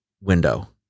window